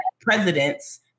presidents